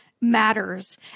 matters